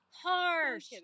Harsh